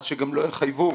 אז שגם לא יחייבו,